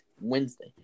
Wednesday